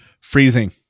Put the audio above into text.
Freezing